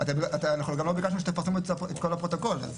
לא ביקשנו שתפרסמו את כל הפרוטוקול.